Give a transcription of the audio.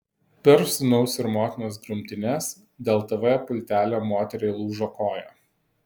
per sūnaus ir motinos grumtynes dėl tv pultelio moteriai lūžo koja